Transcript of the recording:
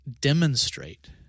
demonstrate